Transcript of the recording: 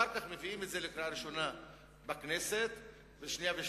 אחר כך מביאים את זה לקריאה ראשונה בכנסת ולשנייה ושלישית.